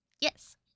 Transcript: Yes